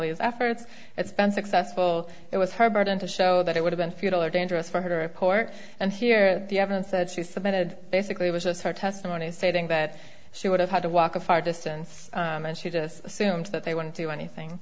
these efforts it's been successful it was her burden to show that it would have futile or dangerous for her report and here the evidence that she submitted basically was just her testimony stating that she would have had to walk a far distance and she just assumes that they wouldn't do anything